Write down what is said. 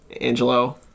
Angelo